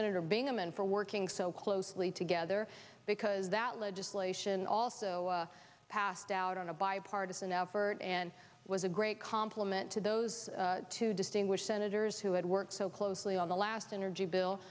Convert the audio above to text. senator bingaman for working so closely together because that legislation also passed out on a bipartisan effort and was a great complement to those two distinguished senate hers who had worked so closely on the last energy bill